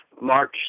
March